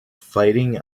fighting